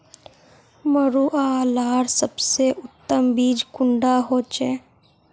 मरुआ लार सबसे उत्तम बीज कुंडा होचए?